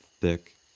thick